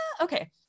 okay